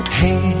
hey